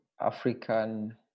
African